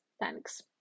Thanks